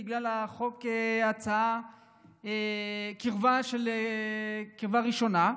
בגלל החוק, קרבה ראשונה,